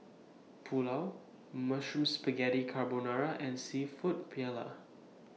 Pulao Mushroom Spaghetti Carbonara and Seafood Paella